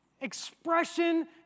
expression